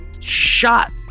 shot